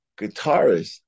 guitarist